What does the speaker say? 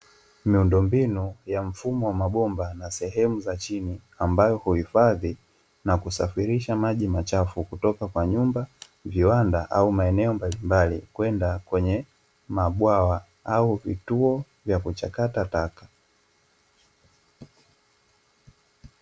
Miundombinu ya mfumo wa mabomba na sehemu za chini, ambayo huhifadhi na kusafirisha maji machafu kutoka kwa nyumba, viwanda au maeneo mbalimbali na kwenda kwenye mabwawa au vituo vya kuchakata taka.